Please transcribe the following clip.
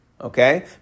Okay